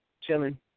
chilling